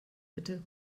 bitte